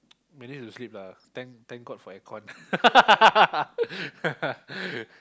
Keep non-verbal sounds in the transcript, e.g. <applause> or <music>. manage to sleep lah thank thank god for aircon <laughs>